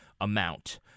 amount